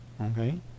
okay